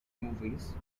movies